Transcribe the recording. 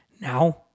Now